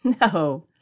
No